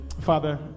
Father